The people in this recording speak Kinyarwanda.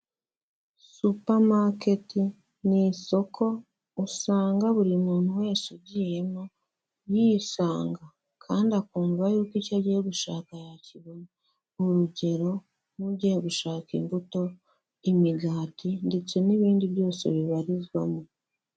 Supamaketi ni isoko usanga buri muntu wese ugiyemo yisanga. Kandi akumva yuko icyo agiye gushaka yakibona. Urugero nk'ugiye gushaka imbuto, imigati ndetse n'ibindi byose bibarizwamo.